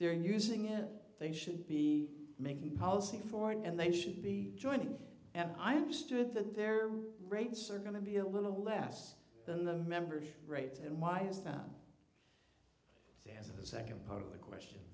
they're using it they should be making policy for and they should be joining and i understood that their rates are going to be a little less than the membership rate and why is that to answer the second part of the question